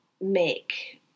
make